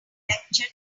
lecture